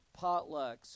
potlucks